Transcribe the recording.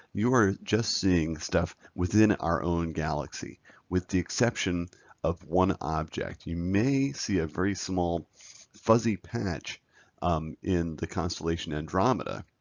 you are just seeing stuff within our own galaxy with the exception of one object. you may see a very small fuzzy patch in the constellation andromeda.